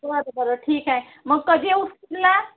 चला तर बरं ठीक आहे मग कधी स्कूलला